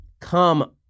Come